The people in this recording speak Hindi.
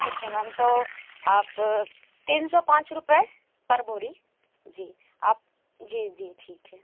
ठीक है मैम तो आप तीन सौ पाँच रुपये पर बोरी जी आप जी जी ठीक है